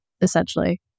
essentially